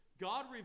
God